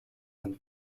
and